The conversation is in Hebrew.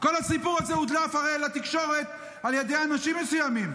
כל הסיפור הזה הרי הודלף לתקשורת על ידי אנשים מסוימים,